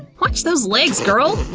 watch those legs, girl.